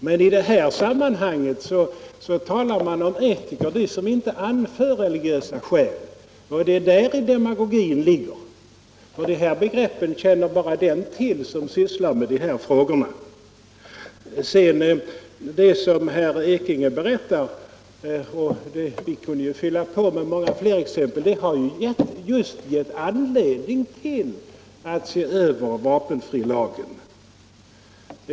Men i det här sammanhanget talar man om etiker när det gäller sådana som inte anför religiösa skäl. Det är däri demagogin från herr Ekinges sida ligger, att det begreppet känner bara den till som sysslar med de här frågorna. Just sådana fall som herr Ekinge berättar om — och jag skulle kunna fylla på med mycket fler exempel — har gett anledning till en översyn av vapenfrilagen.